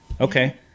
Okay